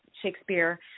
Shakespeare